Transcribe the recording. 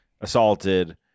assaulted